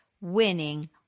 winning